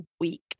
week